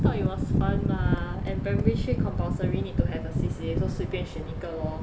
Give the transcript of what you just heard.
I thought it was fun mah and primary three compulsory need to have a C_C_A so 随便选一个 lor